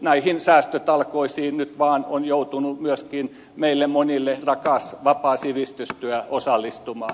näihin säästötalkoisiin nyt vaan on joutunut myöskin meille monille rakas vapaa sivistystyö osallistumaan